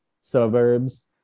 suburbs